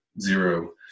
zero